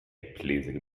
pleasing